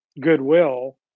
goodwill